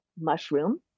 mushroom